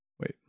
Wait